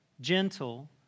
gentle